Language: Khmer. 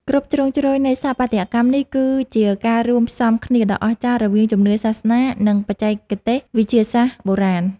គ្រប់ជ្រុងជ្រោយនៃស្ថាបត្យកម្មនេះគឺជាការរួមផ្សំគ្នាដ៏អស្ចារ្យរវាងជំនឿសាសនា និង បច្ចេកទេសវិទ្យាសាស្ត្របុរាណ។